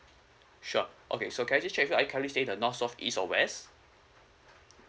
sure okay so can I just check with you are you currently staying at the north south east or west